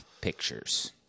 pictures